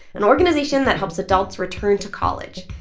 an organization that helps adults return to college.